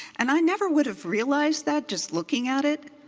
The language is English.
and i never would have realized that just looking at it.